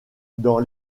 dans